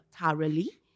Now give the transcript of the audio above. thoroughly